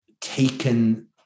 taken